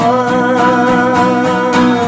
one